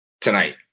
tonight